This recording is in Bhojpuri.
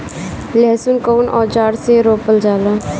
लहसुन कउन औजार से रोपल जाला?